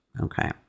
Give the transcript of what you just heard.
Okay